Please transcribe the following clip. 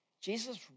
Jesus